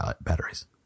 batteries